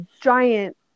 giant